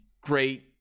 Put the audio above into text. great